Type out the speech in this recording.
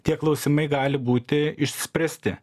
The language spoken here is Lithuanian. tie klausimai gali būti išspręsti